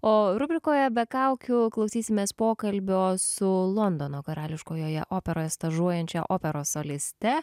o rubrikoje be kaukių klausysimės pokalbio su londono karališkojoje operoje stažuojančia operos soliste